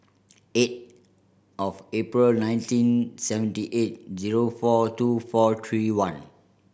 eight of April nineteen seventy eight zero four two four three one